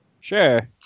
Sure